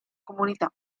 comunità